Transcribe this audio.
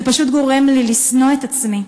זה פשוט גורם לי לשנוא את עצמי.